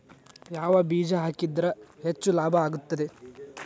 ಯಾವ ಬೇಜ ಹಾಕಿದ್ರ ಹೆಚ್ಚ ಲಾಭ ಆಗುತ್ತದೆ?